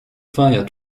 fire